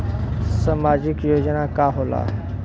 सामाजिक योजना का होला?